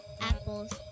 apples